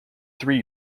three